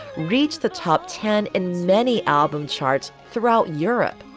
reached the top ten in many album charts throughout europe.